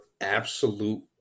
absolute